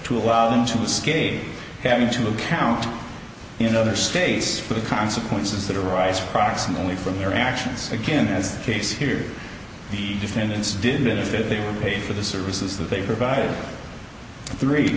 to allow them to escape having to account in other states for the consequences that arise proximately from their actions again as case here the defendants did it they paid for the services that they provided three